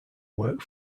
work